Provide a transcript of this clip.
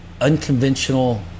unconventional